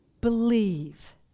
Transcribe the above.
Believe